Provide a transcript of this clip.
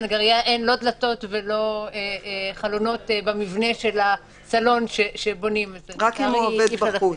אלא אם כן הוא עובד בחוץ.